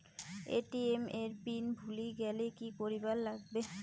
ATM এর PIN ভুলি গেলে কি করিবার লাগবে?